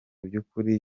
by’ukuri